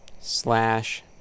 slash